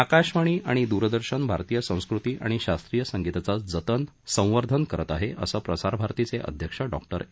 आकाशवाणी आणि दूरदर्शन भारतीय संस्कृती आणि शास्त्रीय संगीताचं जतन संवर्धन करत आहेत असं प्रसार भारतीचे अध्यक्ष डॉक्टर ए